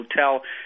Hotel